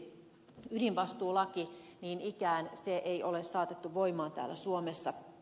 ydinvastuulakia ei niin ikään ole saatettu voimaan täällä suomessa